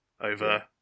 over